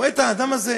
רואה את האדם הזה,